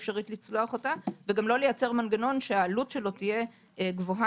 אפשרי לצלוח אותה וגם לא לייצר מנגנון שעלותו תהיה גבוהה.